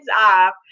off